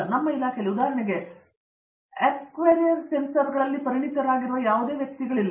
ನಮ್ಮ ಇಲಾಖೆಯಲ್ಲಿ ಉದಾಹರಣೆಗೆ ಆಕ್ಯುರಿಯಲ್ ಸೆನ್ಸಾರ್ಗಳಲ್ಲಿ ಪರಿಣಿತರಾಗಿರುವ ಯಾವುದೇ ವ್ಯಕ್ತಿಗಳಿಲ್ಲ